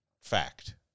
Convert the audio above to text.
fact